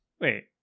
Wait